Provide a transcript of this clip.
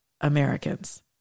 Americans